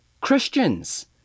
Christians